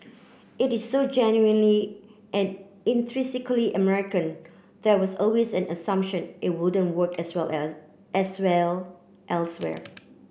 it is so genuinely and intrinsically American there was always an assumption it wouldn't work as well as as well elsewhere